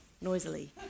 noisily